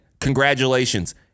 Congratulations